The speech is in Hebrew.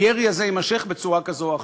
הירי הזה יימשך בצורה כזו או אחרת.